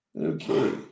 Okay